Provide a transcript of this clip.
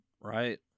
right